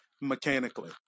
mechanically